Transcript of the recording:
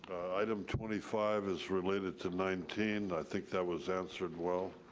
item twenty five is related to nineteen, i think that was answered well,